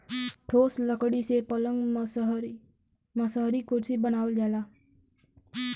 ठोस लकड़ी से पलंग मसहरी कुरसी बनावल जाला